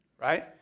right